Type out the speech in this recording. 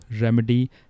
remedy